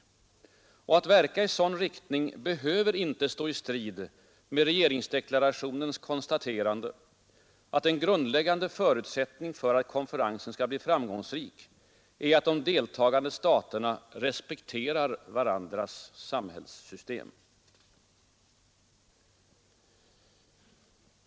Att verka i sådan riktning behöver icke stå i strid med regeringsdeklarationens konstaterande, att en grundläggande förutsättning för att konferensen skall bli framgångsrik är att de deltagande staterna ”respekterar varandras samhällssystem”.